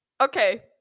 Okay